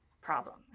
problem